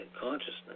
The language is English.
consciousness